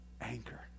anchor